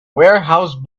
warehouse